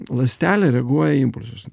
ląstelė reaguoja į impulsus